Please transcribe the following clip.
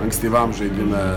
ankstyvam žaidime